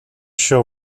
show